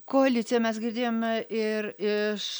koalicija mes girdėjome ir iš